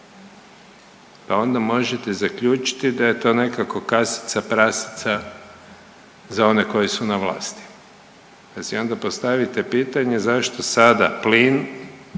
pa onda možete zaključiti da je to nekako kasica prasica za one koji su na vlasti. Pa si onda postavite pitanje zašto sada plin